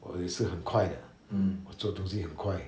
我也是很快的我做东西很快